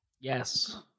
Yes